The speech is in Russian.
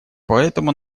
поэтому